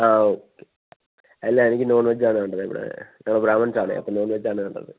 ആ ഓക്കെ അല്ല എനിക്ക് നോൺ വെജ്ജാണ് വേണ്ടത് ഇവിടെ ഞങ്ങൾ ബ്രാഹ്മിൺസാണെ അപ്പം നോൺ വെജ്ജാ വേണ്ടത്